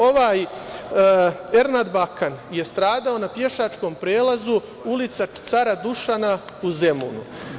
Ovaj Ernad Bakan je stradao na pešačkom prelazu, ulica Cara Dušana u Zemunu.